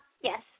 yes